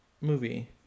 movie